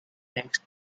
text